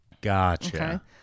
Gotcha